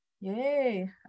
Yay